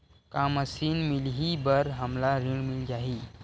का मशीन मिलही बर हमला ऋण मिल जाही?